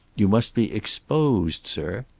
you must be exposed, sir.